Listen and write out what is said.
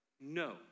no